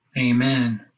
Amen